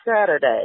Saturday